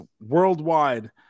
worldwide